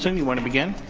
you wanna begin?